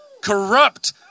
corrupt